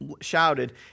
shouted